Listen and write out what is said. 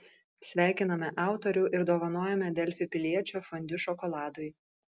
sveikiname autorių ir dovanojame delfi piliečio fondiu šokoladui